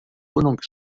wohnung